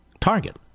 target